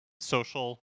social